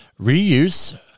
reuse